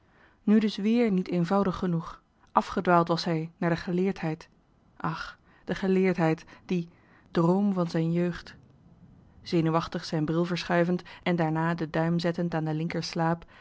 nu dus wéér niet eenvoudig genoeg afgedwaald was hij naar de geleerdheid ach die geleerdheid die droom van zijn jeugd zenuwachtig zijn bril verschuivend en daarna den duim zettend aan den linkerslaap